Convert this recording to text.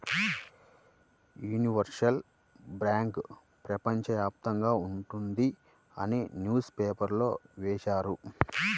universal bank ప్రపంచ వ్యాప్తంగా ఉంటుంది అని న్యూస్ పేపర్లో వేశారు